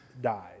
died